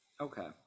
okay